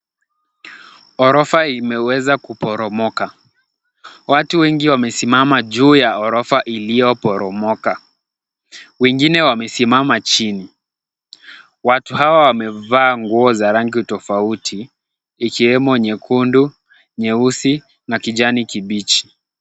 Ghorofa imeweza kuporomoka. Watu wengi wamesimama juu ya ghorofa iliyoporomoka. Wengine wamesimama chini. Watu hawa wamevaa nguo za rangi tofauti ikiwemo nyekundu, nyeusi na kijani kibichi.